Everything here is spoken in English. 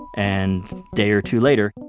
and day or two later,